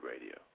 Radio